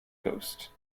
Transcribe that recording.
coast